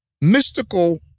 mystical